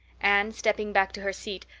anne, stepping back to her seat,